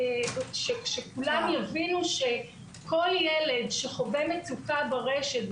לי שכולם יבינו שכל ילד שחווה מצוקה ברשת,